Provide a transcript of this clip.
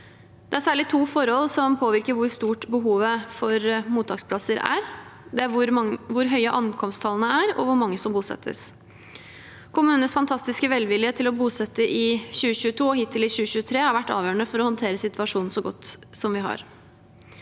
Det er særlig to forhold som påvirker hvor stort behovet for mottaksplasser er: Det er hvor høye ankomsttallene er, og hvor mange som bosettes. Kommunenes fantastiske velvilje til å bosette i 2022 og hittil i 2023 har vært avgjørende for å håndtere situasjonen så godt som vi har